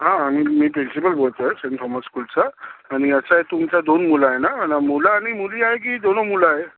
हां मी मी प्रिन्सिपल बोलतोय सेंट थॉमस स्कूलचा आणि असं आहे तुमचं दोन मुलं ना आणि मुलं आणि मुली आहे की दोनो मुलं आहे